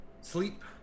sleep